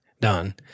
done